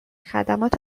خدمات